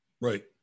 right